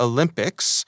Olympics